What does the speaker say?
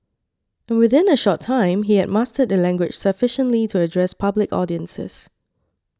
and within a short time he had mastered the language sufficiently to address public audiences